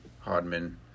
Hardman